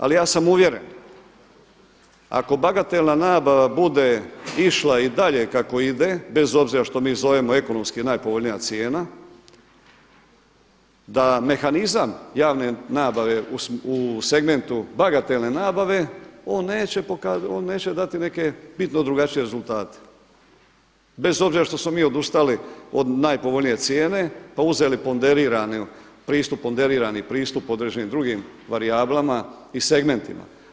Ali ja sam uvjeren ako bagatelna nabava bude išla i dalje kako ide, bez obzira kako mi zovemo ekonomski najpovoljnija cijena, da mehanizam javne nabave u segmentu bagatelne nabave on neće dati neke bitno drugačije rezultate, bez obzira što smo mi odustali od najpovoljnije cijene pa uzeli ponderirani pristup određenim drugim varijablama i segmentima.